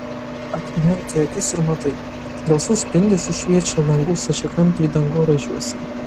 atmerki akis ir matai gelsvu spindesiu šviečia langų stačiakampiai dangoraižiuose